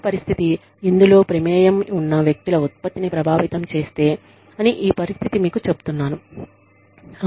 ఈ పరిస్థితి ఇందులో ప్రమేయం ఉన్నవ్యక్తుల ఉత్పత్తిని ప్రభావితం చేస్తే అని ఈ పరిస్థితి మీకు చెప్తున్నాను